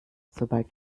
sobald